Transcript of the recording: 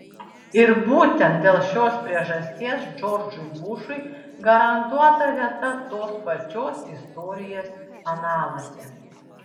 ir būtent dėl šios priežasties džordžui bušui garantuota vieta tos pačios istorijos analuose